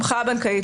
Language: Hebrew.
המחאה בנקאית